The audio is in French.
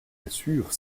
assure